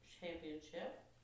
championship